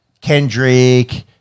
Kendrick